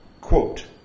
quote